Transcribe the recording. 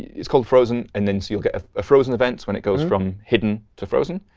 it's called frozen. and then so you'll get a frozen event when it goes from hidden to frozen,